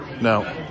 No